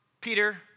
Peter